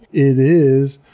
it is